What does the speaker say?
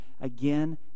again